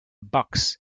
bucks